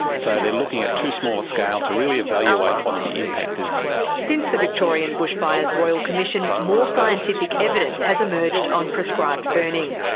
so they're looking at too small a scale to really evaluate what the impact is. since the victorian bushfires royal commission more scientific evidence has emerged on prescribed burning.